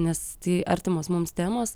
nes tai artimos mums temos